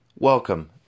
Welcome